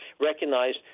recognized